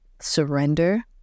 surrender